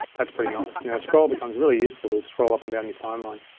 that's pretty nice. scroll becomes really useful to scroll up and down your timeline.